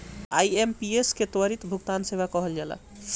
IMPS के त्वरित भुगतान सेवा कहल जाला